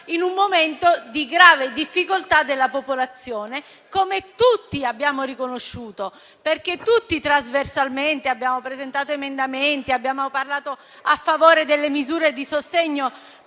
in un momento di grave difficoltà della popolazione, come tutti abbiamo riconosciuto. Tutti trasversalmente abbiamo presentato emendamenti e parlato a favore delle misure di sostegno